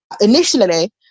Initially